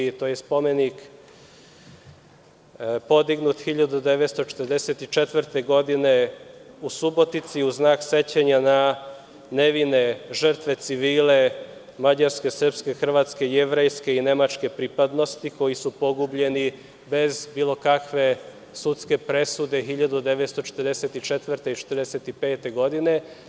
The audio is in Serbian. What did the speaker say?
To je spomenik podignut 1944. godine u Subotici u znak sećanja na nevine žrtve, civile, mađarske, srpske, hrvatske i jevrejske i nemačke pripadnosti koji su pogubljeni bez bilo kakve sudske presude 1944. i 1945. godine.